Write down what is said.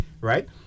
Right